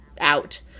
out